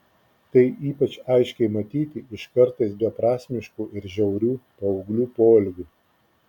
tai ypač aiškiai matyti iš kartais beprasmiškų ir žiaurių paauglių poelgių